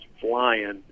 flying